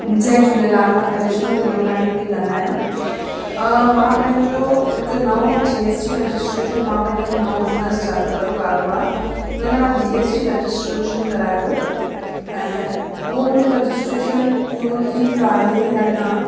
जय झूलेलाल मां करिश्मा तिलोकाणी पई ॻाल्हायां मां पंहिंजो हिक नओ जी एस टी रजिस्ट्रेशन मां पंहिंजो हिकु नओ बिजनेस चालू कयो कारोबारु उन लाइ मां जी एस टी रजिस्ट्रेशन करायो हो ऐं हुयो मुंहिंजो रजिस्ट्रेशन पूरो थी वियो आहे या न